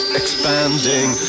expanding